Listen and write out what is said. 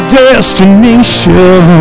destination